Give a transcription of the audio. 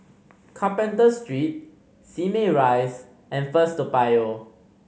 Carpenter Street Simei Rise and First Toa Payoh